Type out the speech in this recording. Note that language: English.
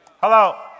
Hello